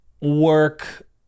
work